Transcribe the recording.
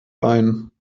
ein